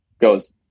goes